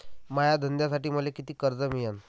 माया धंद्यासाठी मले कितीक कर्ज मिळनं?